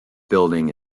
building